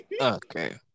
Okay